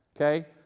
okay